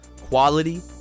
Quality